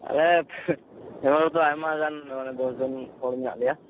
ᱟᱞᱮ ᱯᱷᱮᱢᱮᱞᱤ ᱨᱮᱫᱚ ᱟᱭᱢᱟ ᱜᱟᱱ ᱢᱟᱱᱮ ᱫᱚᱥ ᱡᱚᱱ ᱦᱚᱲ ᱢᱮᱱᱟᱜ ᱞᱮᱭᱟ